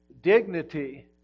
dignity